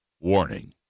Warning